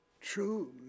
True